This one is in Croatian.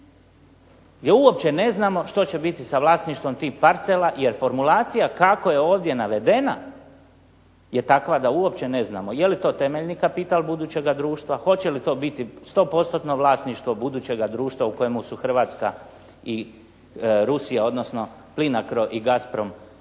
gdje uopće ne znamo što će biti sa vlasništvom tih parcela jer formulacija kako je ovdje navedena je takva da uopće ne znamo je li to temeljni kapital budućega društva. Hoće li to biti sto postotno vlasništvo budućega društva u kojemu su Hrvatska i Rusija, odnosno Plinacro i Gasprom